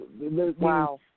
Wow